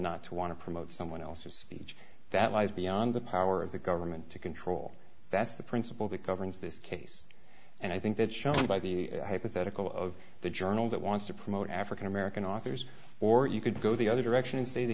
not to want to promote someone else's speech that lies beyond the power of the government to control that's the principle that governs this case and i think that's shown by the hypothetical of the journal that wants to promote african american authors or you could go the other direction and say the